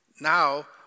Now